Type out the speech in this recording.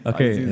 Okay